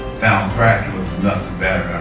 found crack it was nothing better.